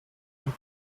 vom